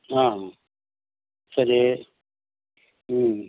ஆ சரி ம்